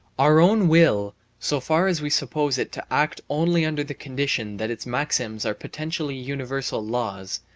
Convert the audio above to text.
our own will, so far as we suppose it to act only under the condition that its maxims are potentially universal laws,